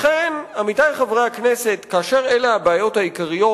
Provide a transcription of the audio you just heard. לכן, עמיתי חברי הכנסת, כאשר אלה הבעיות העיקריות,